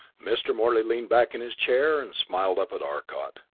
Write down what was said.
mr. morey leaned back in his chair and smiled up at arcot.